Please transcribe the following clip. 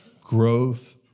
growth